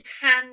hand